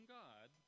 god